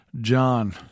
John